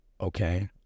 okay